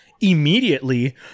immediately